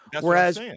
whereas